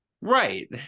Right